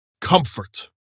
Comfort